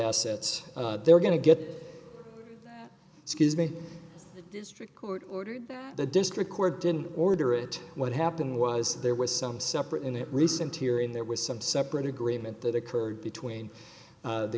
assets they're going to get excuse me district court ordered the district court didn't order it what happened was there was some separate in the recent here and there was some separate agreement that occurred